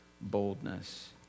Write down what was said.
boldness